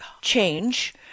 change